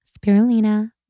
spirulina